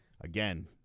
Again